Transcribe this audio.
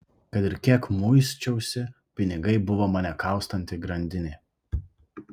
kad ir kiek muisčiausi pinigai buvo mane kaustanti grandinė